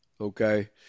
okay